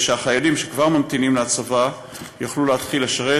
שהחיילים שכבר ממתינים להצבה יוכלו להתחיל לשרת.